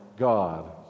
God